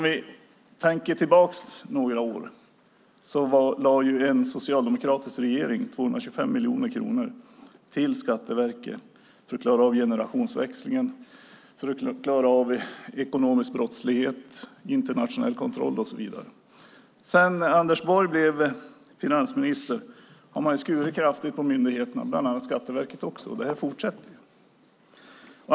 För några år sedan gav en socialdemokratisk regering 225 miljoner kronor till Skatteverket för att de skulle klara av generationsväxlingen, ekonomisk brottslighet, internationell kontroll och så vidare. När sedan Anders Borg blev finansminister har det skurits ned kraftigt på myndigheterna, bland annat också på Skatteverket, och det fortsätter.